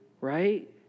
right